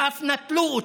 ואף נטלו אותן.